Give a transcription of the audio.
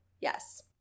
Yes